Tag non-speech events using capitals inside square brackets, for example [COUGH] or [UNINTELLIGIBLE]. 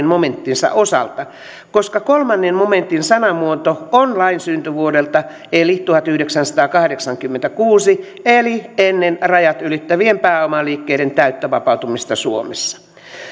[UNINTELLIGIBLE] momenttinsa osalta koska kolmannen momentin sanamuoto on lain syntyvuodelta eli vuodelta tuhatyhdeksänsataakahdeksankymmentäkuusi eli ennen rajat ylittävien pääomaliikkeiden täyttä vapautumista suomessa